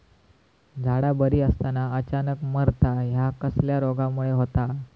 झाडा बरी असताना अचानक मरता हया कसल्या रोगामुळे होता?